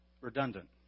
redundant